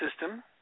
system